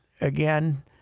again